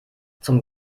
zum